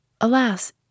Alas